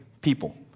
people